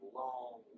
long